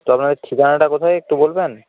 তো আপনার ঠিকানাটা কোথায় একটু বলবেন